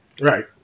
Right